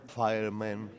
firemen